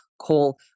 call